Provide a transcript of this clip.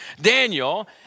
Daniel